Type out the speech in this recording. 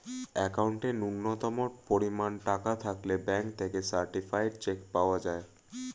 অ্যাকাউন্টে ন্যূনতম পরিমাণ টাকা থাকলে ব্যাঙ্ক থেকে সার্টিফায়েড চেক পাওয়া যায়